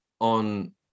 on